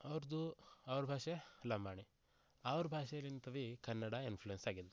ಅವ್ರದ್ದು ಅವ್ರ ಭಾಷೆ ಲಂಬಾಣಿ ಅವರು ಭಾಷೆಲಿಂದ ಬಿ ಕನ್ನಡ ಇನ್ಫ್ಲುಯೆನ್ಸ್ ಆಗಿದೆ